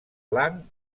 blanc